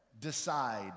decide